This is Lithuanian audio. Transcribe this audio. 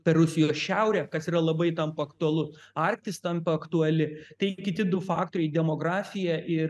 per rusijos šiaurę kas yra labai tampa aktualu arktis tampa aktuali tai kiti du faktoriai demografija ir